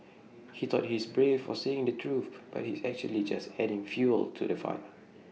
he thought he's brave for saying the truth but he's actually just adding fuel to the fire